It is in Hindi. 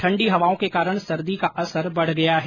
ठंडी हवाओं के कारण सर्दी का असर बढ़ गया है